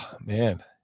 man